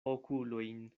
okulojn